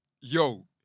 yo